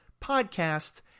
podcasts